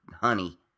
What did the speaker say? honey